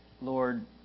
Lord